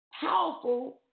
powerful